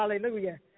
Hallelujah